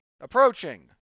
approaching